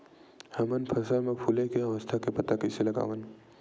हमन फसल मा फुले के अवस्था के पता कइसे लगावन?